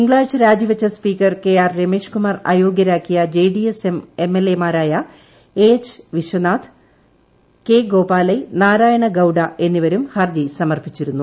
തിങ്കളാഴ്ച രാജിവെച്ച speaker K R Ramesh Kumar അയോഗ്യരാക്കിയ J D S M L A മാരായ A H Vishwanath K Gopalaiah Narayana Gowda എന്നിവരും ഹർജി സമർപ്പിച്ചിരുന്നു